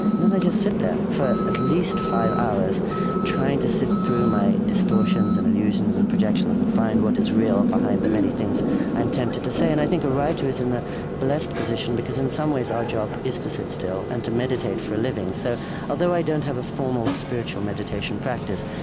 and then i just sit there for at least five hours trying to sift through my distortions and illusions and projections and find what is real behind the many things i'm tempted to say. and i think a writer is in the blessed position because, in some ways, our job is to sit still and to meditate for a living. so although i don't have a formal spiritual meditation practice,